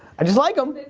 i just like em.